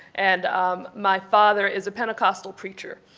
and um my father is a pentecostal preacher.